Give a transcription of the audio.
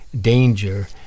danger